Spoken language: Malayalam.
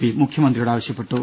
പി മുഖ്യമന്ത്രിയോട് ആവശ്യപ്പെട്ടു